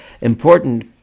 important